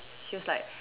she was like